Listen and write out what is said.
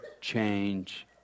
change